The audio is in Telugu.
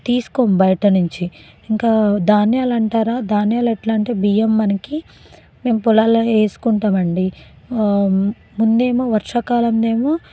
తీసుకోము బయట నుంచి ఇంకా ధాన్యాలు అంటారా ధాన్యాలు ఎట్లా అంటే బియ్యం మనకి మేము పొలాల్లో వేసుకుంటాము అండి ముందేమో వర్షాకాలం ఏమో